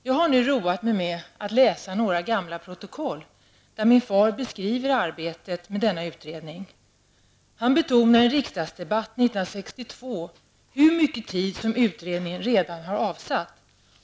Jag har nu roat mig med att läsa några gamla protokoll där min far beskriver arbetet med denna utredning. Han betonar i en riksdagsdebatt 1962 hur mycket tid som utredningen redan har avsatt.